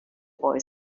boy